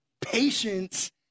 Patience